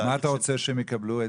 מה אתה רוצה שהם יקבלו?